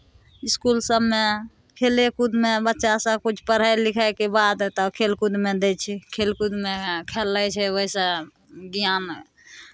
इसकुल सभमे खेलेकूदमे बच्चासभ किछु पढ़य लिखयके बात एतय खेलकूदमे दै छै खेलकूदमे खेलकूदमे खेलै छै ओहिसँ ज्ञान